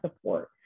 support